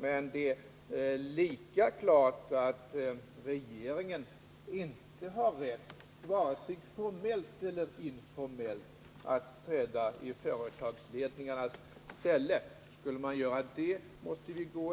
Men det är lika klart att regeringen inte har rätt, vare sig formellt eller informellt, att träda i företagsledningarnas ställe. Vill man göra detta måste man i väsentliga